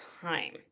time